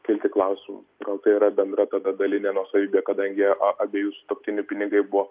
kilti klausimų gal tai yra bendra tada dalinė nuosavybė kadangi abiejų sutuoktinių pinigai buvo